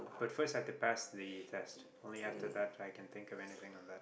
but first have to pass the test only after that I can think of anything on that